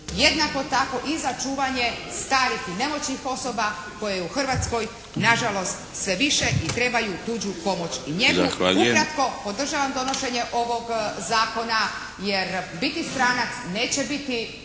Jednako tako i za čuvanje starih i nemoćnih osoba koje je u Hrvatskoj nažalost sve više i trebaju tuđu pomoć i njegu. … /Upadica: Zahvaljujem./ … Ukratko podržavam donošenje ovog zakona jer biti stranac neće biti